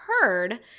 heard